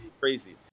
crazy